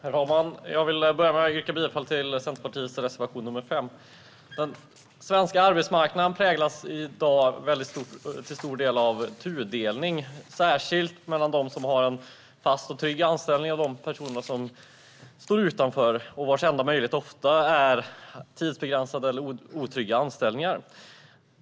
Herr talman! Jag vill börja med att yrka bifall till Centerpartiets reservation 5. Den svenska arbetsmarknaden präglas i dag till stor del av tudelning, särskilt mellan dem som har en fast och trygg anställning och dem som står utanför och vilkas enda möjlighet ofta är tidsbegränsade eller otrygga anställningar.